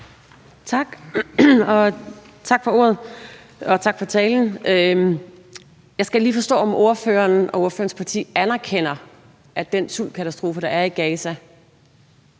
Tak for ordet, og tak for talen. Jeg skal lige forstå, om ordføreren og ordførerens parti anerkender, at den sultkatastrofe, der er i Gaza,